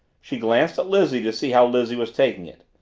she glanced at lizzie to see how lizzie was taking it.